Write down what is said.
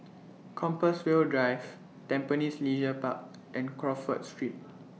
Compassvale Drive Tampines Leisure Park and Crawford Street